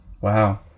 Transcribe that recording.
wow